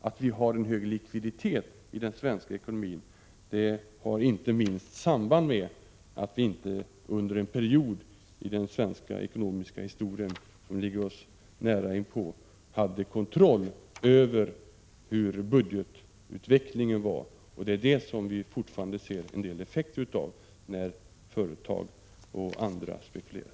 Att vi har en hög likviditet i den svenska ekonomin har inte minst samband med att vi under en period av den ekonomiska historien som inte ligger alltför långt tillbaka i tiden inte hade kontroll över budgetutvecklingen. Det är detta som vi fortfarande ser en del effekter av, när företag och andra spekulerar.